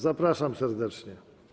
Zapraszam serdecznie.